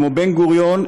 כמו בן-גוריון,